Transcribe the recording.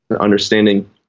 understanding